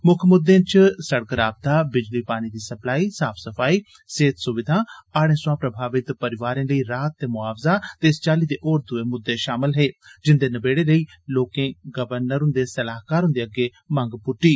मुक्ख मुद्दें च सड़क राबता बिजली पानी दी सप्लाई साफ सफाई सेहत सुविघा हाड़े सवां प्रभावत परिवारें लेई राह्त ते मुआवजा ते इस चाल्ली दे होर दुए मुद्दे शामल हे जिन्दे नबेड़े लेई लोकें गवर्नर हुन्दे सलाहकार हुन्दे अग्गे मंग पुद्टी